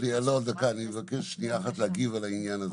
אני מבקש שנייה אחת להגיב על העניין הזה.